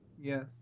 Yes